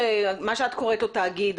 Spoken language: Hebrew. שאת קוראת לו תאגיד,